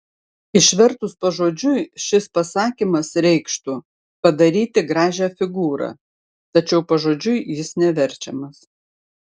išvertus pažodžiui šis pasakymas reikštų padaryti gražią figūrą tačiau pažodžiui jis neverčiamas